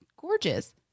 gorgeous